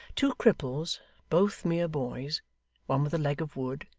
two cripples both mere boys one with a leg of wood,